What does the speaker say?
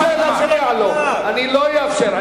חברי הכנסת, אני לא אאפשר.